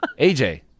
AJ